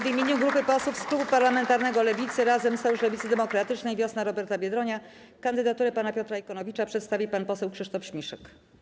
W imieniu grupy posłów z Koalicyjnego Klubu Parlamentarnego Lewicy (Razem, Sojusz Lewicy Demokratycznej, Wiosna Roberta Biedronia) kandydaturę pana Piotra Ikonowicza przedstawi pan poseł Krzysztof Śmiszek.